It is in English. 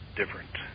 different